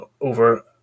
over